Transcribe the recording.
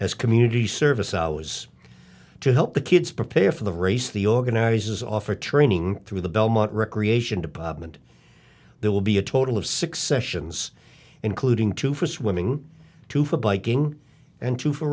as community service hours to help the kids prepare for the race the organizers offer training through the belmont recreation department there will be a total of six sessions including two for swimming two for biking and two for